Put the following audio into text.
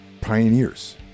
pioneers